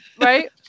right